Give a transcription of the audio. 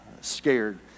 scared